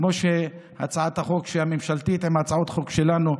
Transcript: כמו הצעת החוק הממשלתית עם הצעות חוק שלנו,